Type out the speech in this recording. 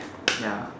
okay ah